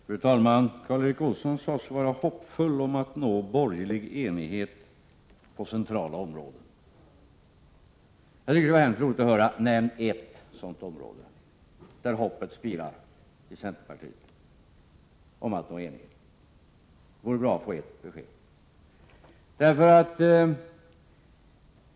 Fru talman! Karl Erik Olsson sade sig vara hoppfull om att nå borgerlig enighet på centrala områden. Det skulle vara roligt att få höra hur det skall gå till. Nämn ett sådant område där hoppet spirar i centerpartiet om att nå enighet! Går det bra att få ett besked?